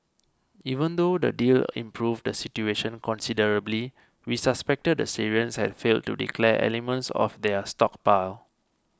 even though the deal improved the situation considerably we suspected the Syrians had failed to declare elements of their stockpile